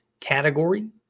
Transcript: category